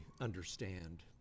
understand